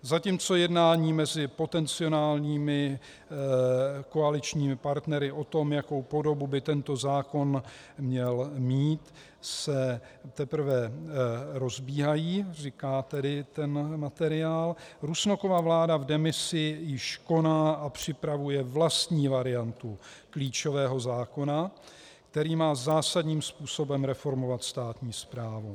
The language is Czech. Zatímco jednání mezi potenciálními koaličními partnery o tom, jakou podobu by tento zákon měl mít, se teprve rozbíhají, říká materiál, Rusnokova vláda v demisi už koná a připravuje vlastní variantu klíčového zákona, který má zásadním způsobem reformovat státní správu.